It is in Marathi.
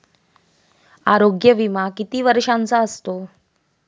आरोग्य विमा किती वर्षांचा असतो?